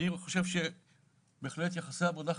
אני חושב שבהחלט, יחסי עבודה חשוב.